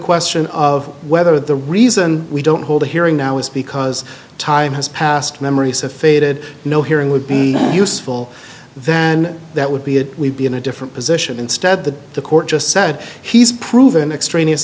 question of whether the reason we don't hold a hearing now is because time has passed memories have faded no hearing would be useful then that would be it we'd be in a different position instead that the court just said he's proven extraneous